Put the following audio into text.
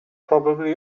probably